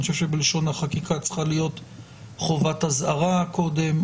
אני חושב שבלשון החקיקה צריכה להיות חובת אזהרה קודם.